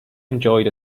enjoyed